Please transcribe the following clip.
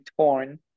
torn